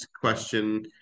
question